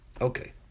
Okay